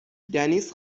دنیس